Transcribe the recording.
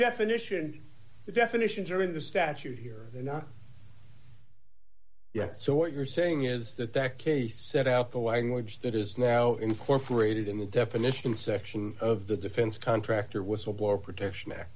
definition the definitions are in the statute here not yet so what you're saying is that that case set out the language that is now incorporated in the definition section of the defense contractor whistleblower protection act